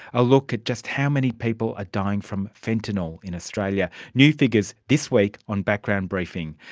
a look at just how many people are dying from fentanyl in australia, new figures this week on background briefing.